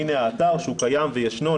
והנה האתר שהוא קיים וישנו,